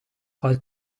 are